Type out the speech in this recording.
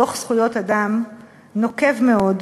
דוח זכויות אדם נוקב מאוד,